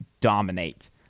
dominate